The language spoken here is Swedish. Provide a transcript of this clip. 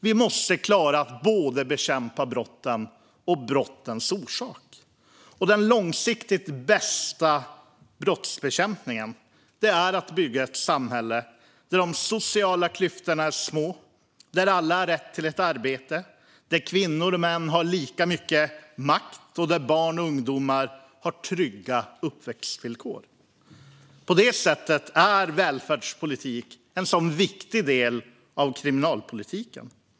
Vi måste klara av att bekämpa både brotten och brottens orsaker. Den långsiktigt bästa brottsbekämpningen är att bygga ett samhälle där de sociala klyftorna är små, där alla har rätt till arbete, där kvinnor och män har lika mycket makt och där barn och ungdomar har trygga uppväxtvillkor. På det sättet är välfärdspolitiken en viktig del av kriminalpolitiken.